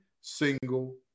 single